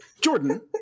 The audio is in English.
Jordan